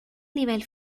nivel